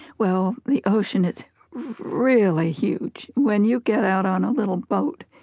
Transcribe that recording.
well, the ocean is really huge. when you get out on a little boat,